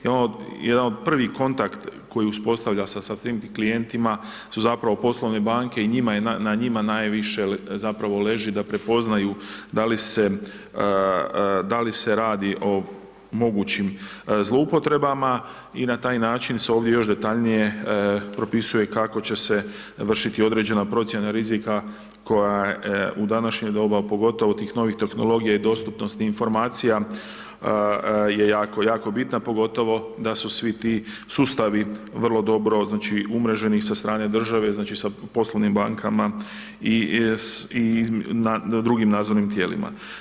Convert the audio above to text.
Jedan prvi kontakt koji uspostavlja sa tim klijentima su zapravo poslovne banke i na njima najviše zapravo leži da prepoznaju da li se radi o mogućim zloupotrebama i na taj način se ovdje još detaljnije propisuje kako će se vršiti određena procjena rizika koja je u današnje doba, pogotovo tih novih tehnologija i dostupnosti informacija je jako bitna, pogotovo da su svi ti sustavi vrlo dobro znači umreženi sa strane države znači sa poslovnim bankama i na drugim nadzornim tijelima.